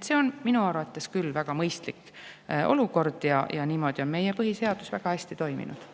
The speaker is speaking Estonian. See on minu arvates küll väga mõistlik olukord ja niimoodi on meie põhiseadus väga hästi toiminud.